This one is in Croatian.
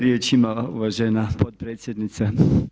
Riječ ima uvažena potpredsjednica.